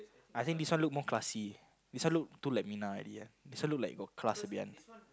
I think this one look more classy this one look too like minah already ah this one look like got class a bit one